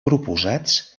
proposats